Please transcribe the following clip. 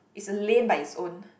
it's a lane by its own